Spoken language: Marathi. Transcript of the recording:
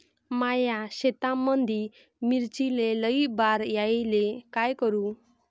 माया शेतामंदी मिर्चीले लई बार यायले का करू?